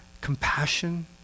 compassion